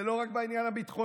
זה לא רק בעניין הביטחוני.